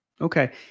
Okay